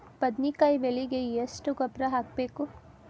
ಬದ್ನಿಕಾಯಿ ಬೆಳಿಗೆ ಎಷ್ಟ ಗೊಬ್ಬರ ಹಾಕ್ಬೇಕು?